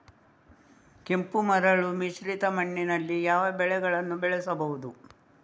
ಕೆಂಪು ಮರಳು ಮಿಶ್ರಿತ ಮಣ್ಣಿನಲ್ಲಿ ಯಾವ ಬೆಳೆಗಳನ್ನು ಬೆಳೆಸಬಹುದು?